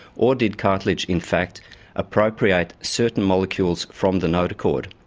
or did cartilage in fact appropriate certain molecules from the notochord,